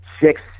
six